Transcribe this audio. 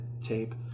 tape